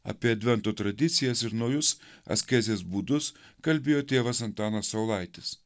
apie advento tradicijas ir naujus askezės būdus kalbėjo tėvas antanas saulaitis